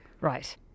Right